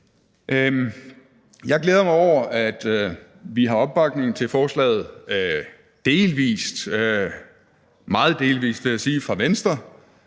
Jeg glæder mig over, at vi har opbakning til forslaget delvist, altså meget delvist, vil jeg sige, fra Venstre,